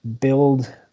build